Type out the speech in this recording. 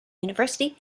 university